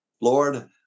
Lord